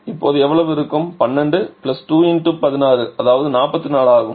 இப்போது எவ்வளவு இருக்கும் 12 2 16 அதாவது 44 ஆகும்